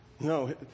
No